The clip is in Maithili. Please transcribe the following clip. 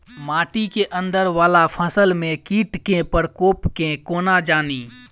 माटि केँ अंदर वला फसल मे कीट केँ प्रकोप केँ कोना जानि?